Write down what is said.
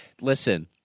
Listen